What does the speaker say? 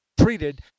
treated